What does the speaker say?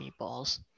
meatballs